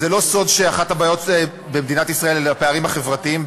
זה לא סוד שאחת הבעיות במדינת ישראל היא הפערים החברתיים,